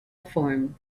form